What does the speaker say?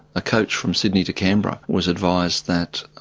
a coach from sydney to canberra, was advised that